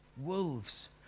wolves